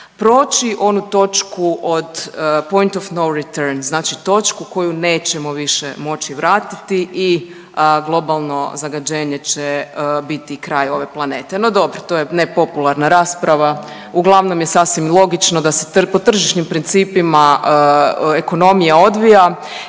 proći onu točku od …/Govornik se ne razumije/…znači točku koju nećemo više moći vratiti i globalno zagađenje će biti kraj ove planete, no dobro, to je nepopularna rasprava, uglavnom je sasvim logično da se po tržišnim principima ekonomija odvija